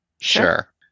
Sure